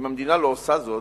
אם המדינה לא עושה זאת,